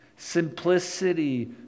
Simplicity